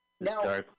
Now